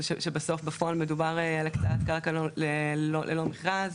בפועל, מדובר בסוף על הקצאת קרקע ללא מכרז